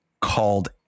called